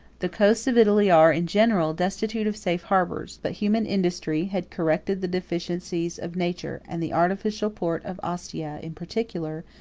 the coasts of italy are, in general, destitute of safe harbors but human industry had corrected the deficiencies of nature and the artificial port of ostia, in particular,